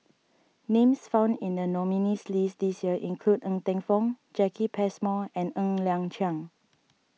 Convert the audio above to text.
names found in the nominees' list this year include Ng Teng Fong Jacki Passmore and Ng Liang Chiang